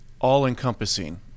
all-encompassing